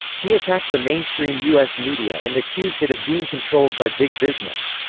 he attacked the mainstream us media and accused it of being controlled by big business.